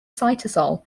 cytosol